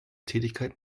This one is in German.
tätigkeit